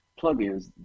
plugins